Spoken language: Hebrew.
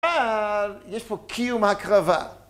אה, יש פה קיום הקרבה.